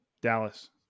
Dallas